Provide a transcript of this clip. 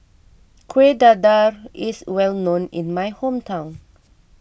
Kueh Dadar is well known in my hometown